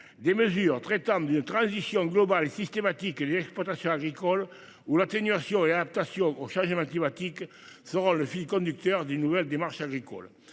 des mesures traitant transition globale systématique les exploitations agricoles ou l'atténuation et adaptation aux sérieux mathématiques seront le fil conducteur des nouvelles des marchés agricoles